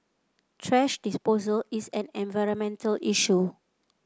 thrash disposal is an environmental issue